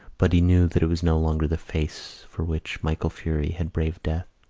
but he knew that it was no longer the face for which michael furey had braved death.